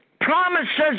promises